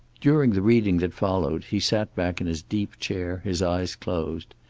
during the reading that followed he sat back in his deep chair, his eyes closed.